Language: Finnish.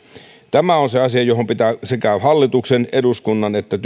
tämä on se asia johon pitää sekä hallituksen eduskunnan että